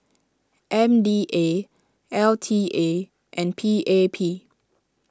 M D A L T A and P A P